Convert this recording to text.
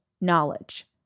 knowledge